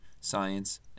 Science